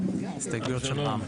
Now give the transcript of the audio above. ההסתייגויות של רע"מ.